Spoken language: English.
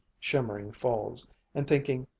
shimmering folds and thinking,